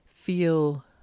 feel